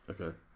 Okay